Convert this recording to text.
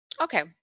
okay